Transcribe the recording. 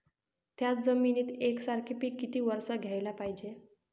थ्याच जमिनीत यकसारखे पिकं किती वरसं घ्याले पायजे?